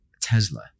Tesla